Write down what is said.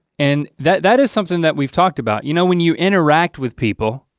and that that is something that we've talked about. you know when you interact with people,